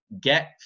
get